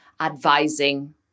advising